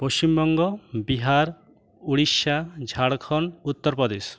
Paschimbanga Bihar Orissa Jharkhand Uttar Pradesh